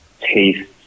taste